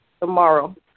tomorrow